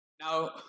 Now